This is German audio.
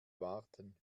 warten